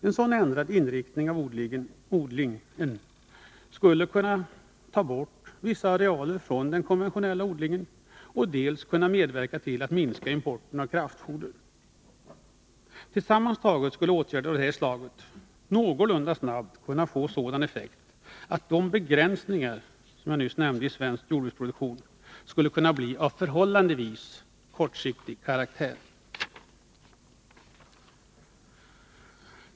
En sådan ändrad inriktning av odlingen skulle dels kunna ta bort vissa arealer från den konventionella odlingen, dels kunna medverka till att minska importen av kraftfoder. Sammantagna skulle åtgärder av det här slaget någorlunda snart kunna få sådan effekt att de begränsningar i svensk jordbruksproduktion som jag nyss nämnde skulle kunna bli av förhållandevis kortsiktig karaktär.